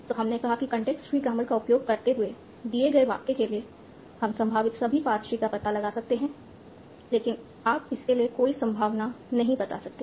तो हमने कहा कि context free ग्रामर का उपयोग करते हुए दिए गए वाक्य के लिए हम संभावित सभी पार्स ट्री का पता लगा सकते हैं लेकिन आप इसके लिए कोई संभावना नहीं बता सकते हैं